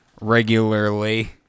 regularly